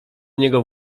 niego